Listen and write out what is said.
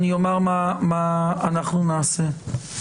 אני אומר מה נעשה פה.